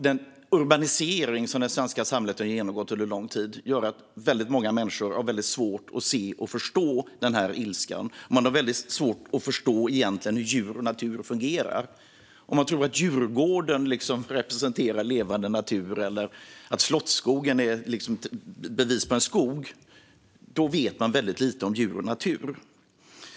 Den urbanisering som det svenska samhället har genomgått under lång tid gör att många människor har väldigt svårt att se och förstå denna ilska. Man har svårt att förstå hur djur och natur egentligen fungerar. Tror man att Djurgården representerar levande natur eller att Slottsskogen är ett bevis på en skog, då vet man väldigt lite om djur och natur. Herr talman!